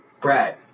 Brad